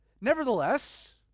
Nevertheless